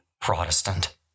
Protestant